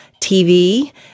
TV